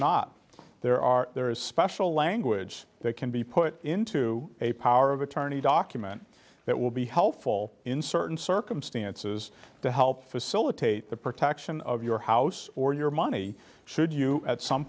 not there are there is special language that can be put into a power of attorney document that will be helpful in certain circumstances to help facilitate the protection of your house or your money should you at some